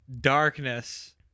darkness